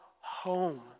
home